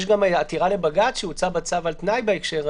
יש גם עתירה לבג"ץ שהוצא בה צו על תנאי בהקשר הזה,